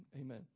amen